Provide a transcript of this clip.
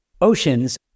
oceans